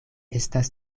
estas